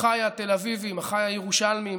אחיי התל אביבים, אחיי הירושלמים,